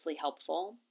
helpful